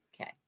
Okay